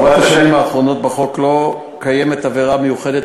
בארבע השנים האחרונות בחוק לא קיימת עבירה מיוחדת